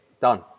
done